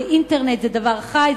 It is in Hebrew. ואינטרנט זה דבר חי,